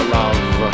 love